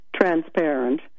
transparent